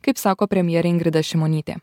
kaip sako premjerė ingrida šimonytė